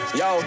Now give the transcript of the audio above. yo